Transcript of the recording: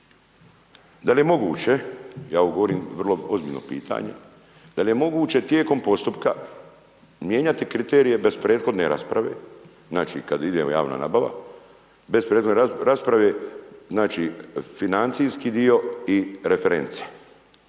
Da li je moguće, ja ovo govorim vrlo ozbiljno pitanje, da li je moguće tijekom postupka mijenjati kriterije bez prethodne rasprave, znači kada ide javna nabava bespredmetne rasprave, znači, financijski dio i reference.